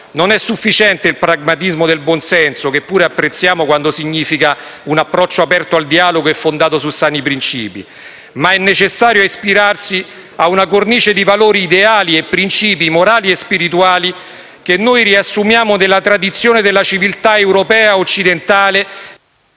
non è sufficiente il pragmatismo del buon senso, che pure apprezziamo quando significa un approccio aperto al dialogo e fondato su sani principi, ma è necessario ispirarsi ad una cornice di valori ideali e principi morali e spirituali che noi riassumiamo nella tradizione della civiltà europea occidentale